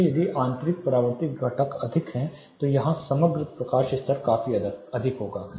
इसलिए यदि आंतरिक परावर्तित घटक अधिक हैं तो यहां समग्र प्रकाश स्तर काफी अधिक होगा